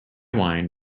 wine